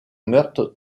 meurtre